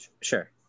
Sure